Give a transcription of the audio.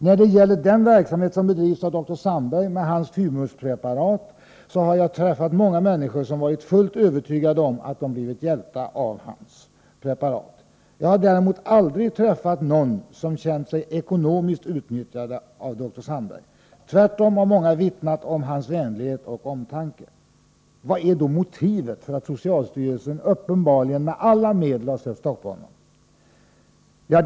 Jag har träffat många människor som har varit fullt övertygade om att de har blivit hjälpta genom den verksamhet som dr Sandberg har bedrivit med sitt thymuspreparat. Jag har däremot aldrig träffat någon som känt sig ekonomiskt utnyttjad av dr Sandberg. Tvärtom har många vittnat om hans vänlighet och omtanke. Vad är då motivet för att socialstyrelsen uppenbarligen med alla medel har sökt att stoppa honom?